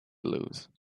lose